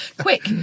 Quick